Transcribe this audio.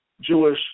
Jewish